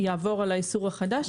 יעבור על האיסור החדש,